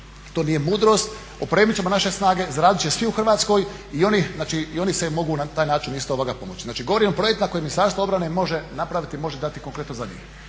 To nije mudrost. Opremit ćemo naše snage, zaradit će svi u Hrvatskoj, i oni se mogu na taj način isto pomoći. Znači govorim o projektu na koje Ministarstvo može napraviti i može dati konkretno za njih.